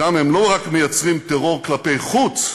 שם הם לא רק מייצרים טרור כלפי חוץ,